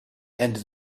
and